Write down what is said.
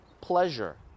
pleasure